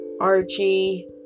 archie